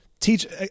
teach